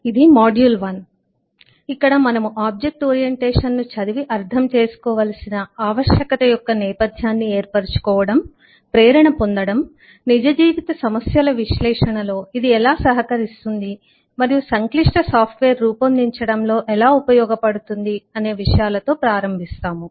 ఇక్కడ మనము object orientation ను చదివి అర్థం చేసుకోవలసిన ఆవశ్యకత యొక్క నేపథ్యాన్ని ఏర్పరుచుకోవడం ప్రేరణ పొందడం నిజజీవిత సమస్యల విశ్లేషణలో ఇది ఎలా సహకరిస్తుంది మరియు సంక్లిష్ట సాఫ్ట్ వేర్ రూపొందించడంలో ఎలా ఉపయోగపడుతుంది అనే విషయాలతో ప్రారంభిస్తాము